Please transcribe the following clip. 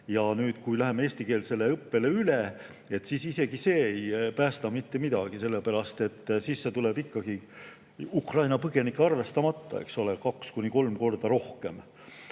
nüüd, kui läheme eestikeelsele õppele üle, ei päästa isegi see mitte midagi, sellepärast et sisse tuleb ikkagi – Ukraina põgenikke arvestamata, eks ole – kaks kuni kolm korda rohkem.